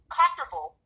comfortable